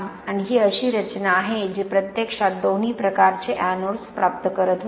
आणि ही अशी रचना आहे जी प्रत्यक्षात दोन्ही प्रकारचे एनोड्स प्राप्त करत होती